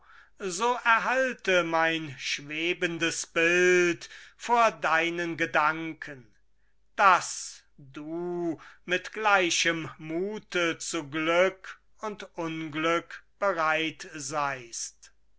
so erhalte mein schwebendes bild vor deinen gedanken daß du mit gleichem mute zu glück und unglück bereit seist